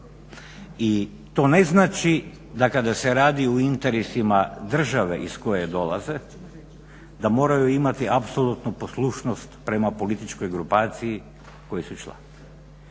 I to ne znači da kada se radi o interesima države iz koje dolaze da moraju imati apsolutnu poslušnost prema političkoj grupaciji koje su član.